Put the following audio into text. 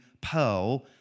pearl